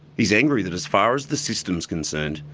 he's angry that, as far as the system is concerned,